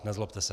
Nezlobte se.